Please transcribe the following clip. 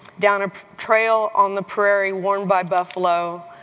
down a trail on the prairie worn by buffalo,